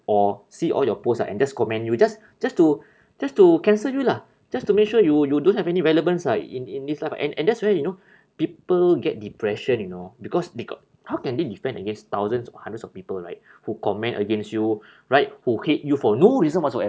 or see all your posts ah and just comment you just just to just to cancel you lah just to make sure you you don't have any relevance lah in in this life lah and and that's where you know people get depression you know because they go~ how can they defend against thousands or hundreds of people right who comment against you right who hate you for no reason whatsoever